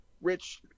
Rich